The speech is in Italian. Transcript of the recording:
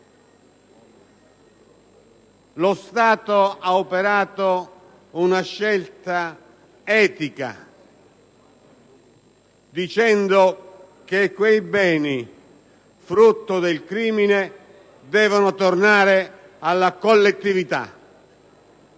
Lo Stato ha operato una scelta etica dicendo che quei beni frutto del crimine devono tornare alla collettività.